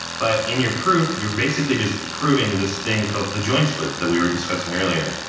but in your proof you're basically just proving this thing called the join split that we were discussing earlier.